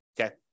okay